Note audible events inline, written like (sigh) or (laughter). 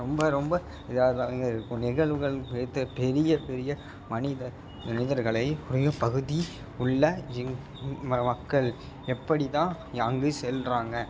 ரொம்ப ரொம்ப இதாது தாங்க இருக்கும் நிகழ்வுகள் (unintelligible) பெரிய பெரிய மனித மனிதர்களை பகுதி உள்ள எங் மக்கள் எப்படி தான் யா அங்கு செல்கிறாங்க